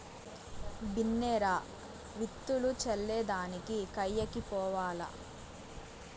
బిన్నే రా, విత్తులు చల్లే దానికి కయ్యకి పోవాల్ల